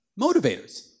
motivators